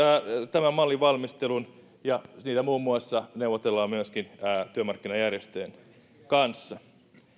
tämän mallin valmistelun ja siitä muun muassa neuvotellaan myöskin työmarkkinajärjestöjen kanssa